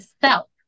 self